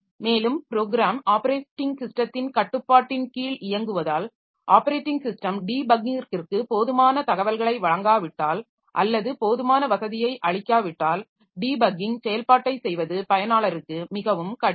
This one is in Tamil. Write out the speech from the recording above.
மேலும் ப்ராேகிராம் ஆப்பரேட்டிங் ஸிஸ்டத்தின் கட்டுப்பாட்டின் கீழ் இயங்குவதால் ஆப்பரேட்டிங் ஸிஸ்டம் டீபக்கிங்கிற்கு போதுமான தகவல்களை வழங்காவிட்டால் அல்லது போதுமான வசதியை அளிக்காவிட்டால் டீபக்கிங் செயல்பாட்டைச் செய்வது பயனாளருக்கு மிகவும் கடினம்